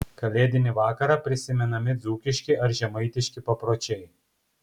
kalėdinį vakarą prisimenami dzūkiški ar žemaitiški papročiai